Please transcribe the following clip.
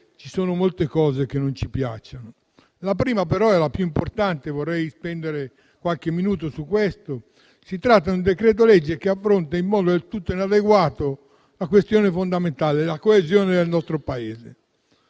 ci sono molte cose che non ci piacciono, ma sulla prima, che è la più importante, vorrei spendere qualche minuto. Si tratta di un decreto-legge che affronta in modo del tutto inadeguato la questione fondamentale della coesione nel nostro Paese.